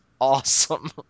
awesome